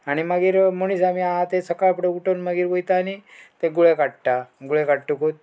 आणी मागीर मणीस आमी आहा ते सकाळ फुडें उठोन मागीर वयता आनी तें गुळे काडटा गुळे काडटकूत